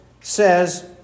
says